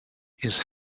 his